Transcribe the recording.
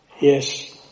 Yes